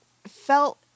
felt